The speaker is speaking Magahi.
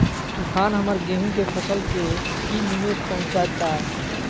तूफान हमर गेंहू के फसल के की निवेस पहुचैताय?